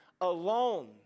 alone